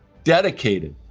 dedicated,